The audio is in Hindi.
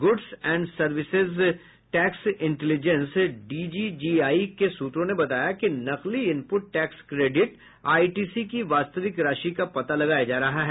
goods and service tax intelligence DGGI के सूत्रों ने बताया कि नकली इनपुट टैक्स क्रेडिट आईटीसी की वास्तविक राशि का पता लगाया जा रहा है